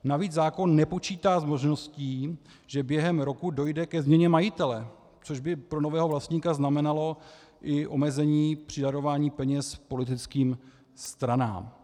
Navíc zákon nepočítá s možností, že během roku dojde ke změně majitele, což by pro nového vlastníka znamenalo i omezení při darování peněz politickým stranám.